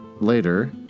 later